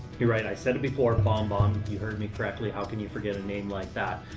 you're right. i said it before bombbomb. you heard me correctly. how can you forget a name like that?